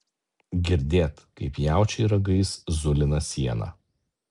girdėt kaip jaučiai ragais zulina sieną